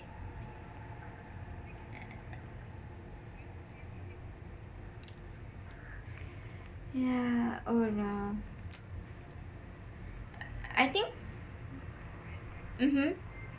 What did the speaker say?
yah oh yah I think mmhmm